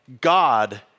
God